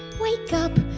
wake up.